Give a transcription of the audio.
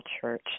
church